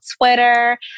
Twitter